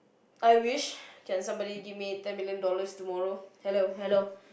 I wish can somebody give me ten million dollars tomorrow hello hello